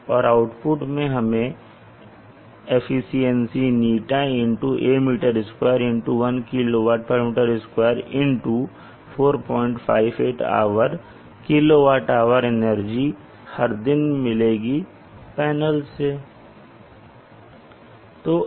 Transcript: और आउटपुट मैं हमें ɳ A m2 1 kWm2 458 hour kWh energy हर दिन मिलेगी पैनल से